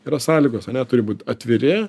yra sąlygos ane turi būt atviri